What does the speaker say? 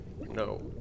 No